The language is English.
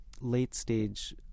late-stage